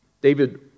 David